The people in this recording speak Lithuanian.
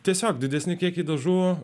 tiesiog didesnį kiekį dažų